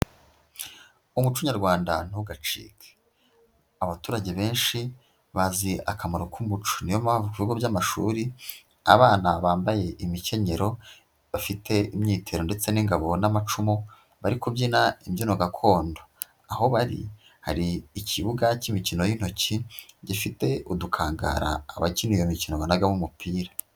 Umuco nyarwanda ntugacike, abaturage benshi bazi akamaro k'umuco niyo mpamvu ku ibigo by'amashuri abana bambaye imikenyero, bafite imyitero ndetse n'ingabo n'amacumu, bari kubyina imbyino gakondo, aho bari hari ikibuga cy'imikino y'intoki gifite udukangara abakina iyo mikino banagamo umupira.